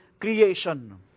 creation